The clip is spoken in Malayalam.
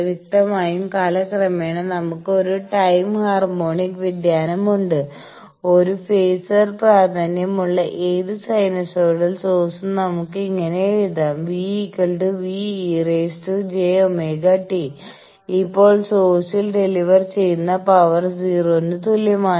വ്യക്തമായും കാലക്രമേണ നമുക്ക് ഒരു ടൈം ഹാർമോണിക് വ്യതിയാനമുണ്ട് ഒരു ഫേസർ പ്രാതിനിധ്യമുള്ള ഏത് സൈനസോയ്ഡൽ സോഴ്സും നമുക്ക് ഇങ്ങനെ എഴുതാം V V e jωt ഇപ്പോൾ സോഴ്സിൽ ഡെലിവർ ചെയുന്ന പവർ 0 ന് തുല്യമാണ്